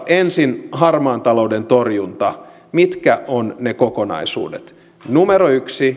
ensin harmaan talouden torjunta mitkä ovat ne kokonaisuudet